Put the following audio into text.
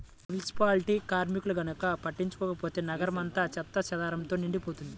municipality కార్మికులు గనక పట్టించుకోకపోతే నగరం అంతా చెత్తాచెదారంతో నిండిపోతది